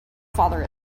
father